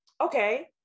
okay